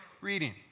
reading